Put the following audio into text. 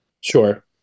Sure